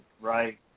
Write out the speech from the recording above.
right